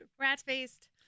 Rat-faced